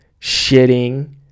Shitting